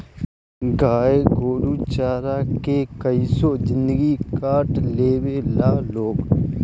गाय गोरु चारा के कइसो जिन्दगी काट लेवे ला लोग